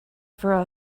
for